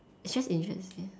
it's just interesting